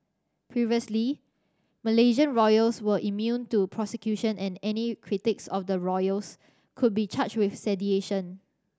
previously Malaysian royals were immune to prosecution and any critics of the royals could be charged with sedition